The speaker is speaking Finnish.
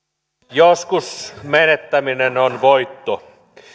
joskus menettäminen on voitto